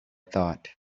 thought